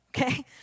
Okay